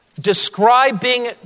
describing